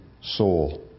soul